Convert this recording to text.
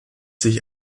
sich